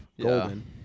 golden